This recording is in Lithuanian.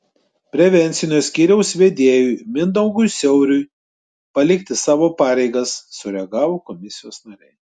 prevencinio skyriaus vedėjui mindaugui siauriui palikti savo pareigas sureagavo komisijos nariai